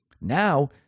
Now